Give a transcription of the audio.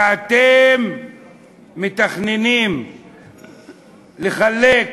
שאתם מתכננים לחלק,